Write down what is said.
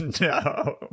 no